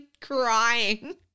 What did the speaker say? crying